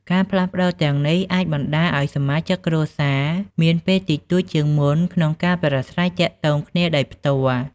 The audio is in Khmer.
ការផ្លាស់ប្តូរទាំងនេះអាចបណ្ដាលឲ្យសមាជិកគ្រួសារមានពេលតិចជាងមុនក្នុងការប្រាស្រ័យទាក់ទងគ្នាដោយផ្ទាល់។